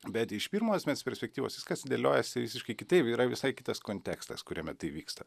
bet iš pirmo asmens perspektyvos viskas dėliojasi visiškai kitaip yra visai kitas kontekstas kuriame tai vyksta